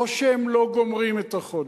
לא שהם לא גומרים את החודש,